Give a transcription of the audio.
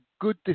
good